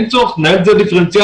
צריך לנהל את זה דיפרנציאלית.